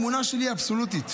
האמונה שלי היא אבסולוטית,